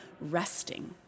resting